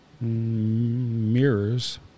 mirrors